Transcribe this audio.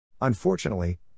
Unfortunately